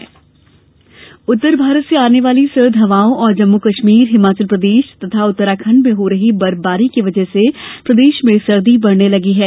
मौसम उत्तर भारत से आने वाली सर्द हवाओं और जम्मू कश्मीर हिमाचल प्रदेश और उत्तराखंड में हो रही बर्फबारी की वजह से प्रदेश में सर्दी बढ़ने लगी हैं